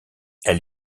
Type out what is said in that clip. elle